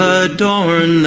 adorn